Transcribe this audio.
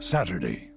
Saturday